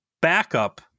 backup